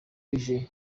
ije